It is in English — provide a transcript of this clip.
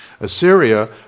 Assyria